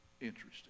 Interesting